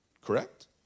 Correct